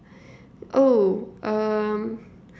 oh um